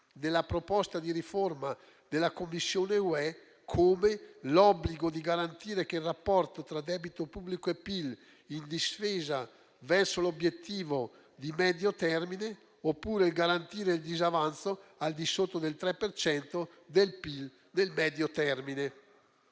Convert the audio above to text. della proposta di riforma della Commissione UE come l'obbligo di garantire che il rapporto tra debito pubblico e PIL sia in discesa verso l'obiettivo di medio termine, oppure garantire il disavanzo al di sotto del 3 per cento del PIL nel medio termine.